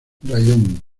raión